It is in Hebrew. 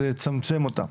וכדי לצמצם אותה.